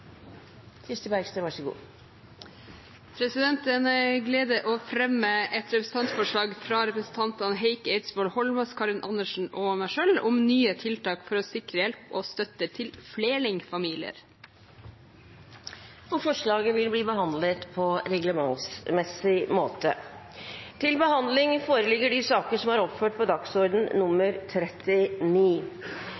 Kirsti Bergstø vil framsette et representantforslag. Det er en glede å fremme et representantforslag fra representantene Heikki Eidsvoll Holmås, Karin Andersen og meg selv om nye tiltak for å sikre hjelp og støtte til flerlingfamilier. Forslaget vil bli behandlet på reglementsmessig måte. Før sakene på dagens kart tas opp til behandling,